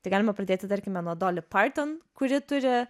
tai galima pradėti tarkime nuo dolli parton kuri turi